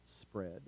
spread